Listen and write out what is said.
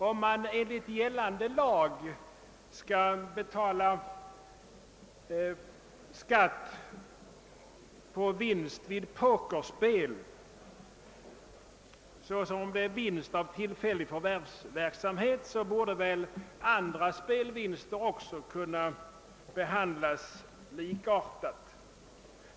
Om man enligt gällande lag skall betala skatt på vinst vid pokerspel såsom »vinst av tillfällig förvärvsverksamhet» borde väl andra spelvinster också kunna behandlas likartat.